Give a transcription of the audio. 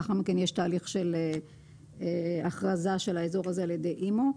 לאחר מכן יש תהליך של הכרזה של האזור הזה על ידי אימ"ו,